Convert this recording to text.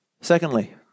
secondly